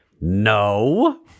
No